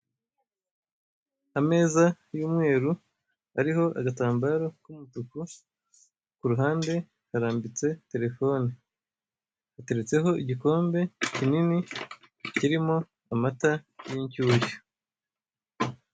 Ameza y'umweru ariho agatambaro k'umutuku kuruhande harambitse telephone, hateretseho igikombe kinini kiriho amata y'inshyushyu.